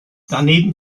daneben